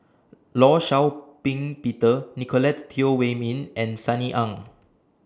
law Shau Ping Peter Nicolette Teo Wei Min and Sunny Ang